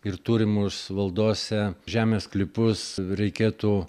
ir turimus valdose žemės sklypus reikėtų